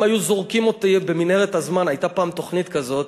אם היו זורקים אותי ב"מנהרת הזמן" הייתה פעם תוכנית כזאת,